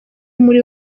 muri